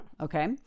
okay